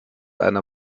einer